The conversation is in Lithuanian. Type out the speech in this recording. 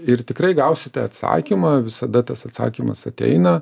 ir tikrai gausite atsakymą visada tas atsakymas ateina